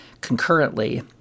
concurrently